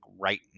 right